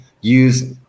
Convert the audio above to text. use